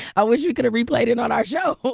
i wish we could've replayed it on our show